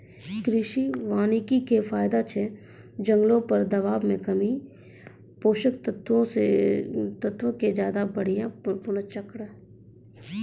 कृषि वानिकी के फायदा छै जंगलो पर दबाब मे कमी, पोषक तत्वो के ज्यादा बढ़िया पुनर्चक्रण